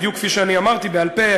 בדיוק כפי שאמרתי בעל-פה,